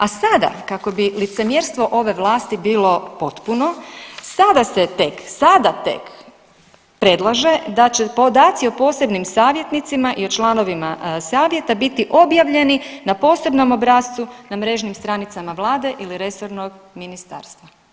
A sada kako bi licemjerstvo ove vlasti bilo potpuno, sada se tek, sada tek predlaže da će podaci o posebnim savjetnicima i o članovima savjeta biti objavljeni na posebnom obrascu na mrežnim stranicama vlade ili resornog ministarstva.